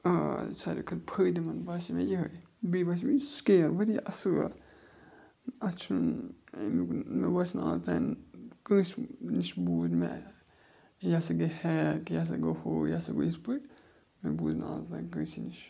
آ ساروی کھۄتہٕ فٲیدٕ منٛد باسے مےٚ یِہوٚے بیٚیہِ باسیو مےٚ یہِ چھُ سُکیر واریاہ اَصٕل اَتھ چھُنہٕ اَمیُک مےٚ باسیو نہٕ آز تام کٲنٛسہِ نِش بوٗز مےٚ یہِ ہَسا گٔے ہیک یہِ ہَسا گوٚو ہو یہِ ہَسا گوٚو یِتھ پٲٹھۍ مےٚ بوٗز نہٕ آز تام کٲنٛسی نِش